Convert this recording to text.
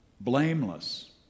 blameless